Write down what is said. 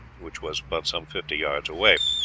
which was but some fifty yards away.